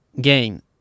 gain